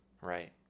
right